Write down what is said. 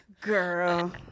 Girl